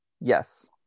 Yes